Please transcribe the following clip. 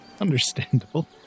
Understandable